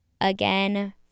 Again